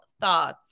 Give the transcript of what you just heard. thoughts